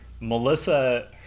Melissa